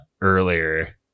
earlier